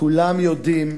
כולם יודעים,